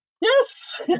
Yes